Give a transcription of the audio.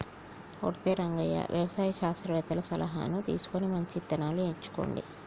ఒరై రంగయ్య వ్యవసాయ శాస్త్రవేతల సలహాను తీసుకొని మంచి ఇత్తనాలను ఎంచుకోండి